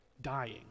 dying